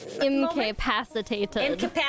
incapacitated